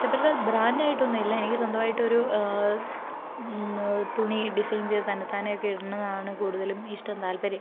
ഇഷ്ടപ്പെട്ട ബ്രാന്ഡായിട്ടൊന്നുമില്ല എനിക്ക് സ്വന്തമായിട്ടൊരു തുണി ഡിസൈൻ ചെയ്ത് തന്നത്താനെയൊക്കെ ഇടുന്നതാണ് കൂടുതലും ഇഷ്ടം താല്പര്യം